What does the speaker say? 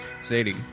Sadie